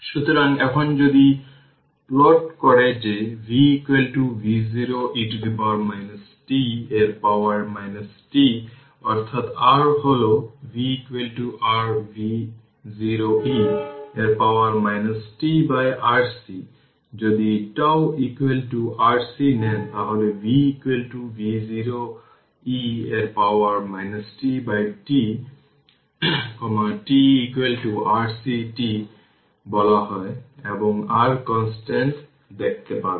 সুতরাং এখন যদি প্লট করে যে V v0 e t এর পাওয়ার t অর্থাৎ r হল v r v0 e এর পাওয়ার tRC যদি τ RC নেন তাহলে v v0 e এর পাওয়ার tτ τ RC τ বলা হয় এবং r কনস্ট্যান্ট দেখতে পাবে